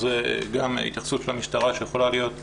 גם כאן התייחסות המשטרה יכולה להיות רלוונטית.